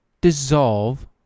dissolve